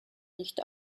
nicht